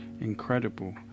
incredible